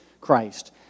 Christ